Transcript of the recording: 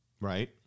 right